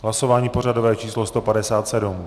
Hlasování pořadové číslo 157.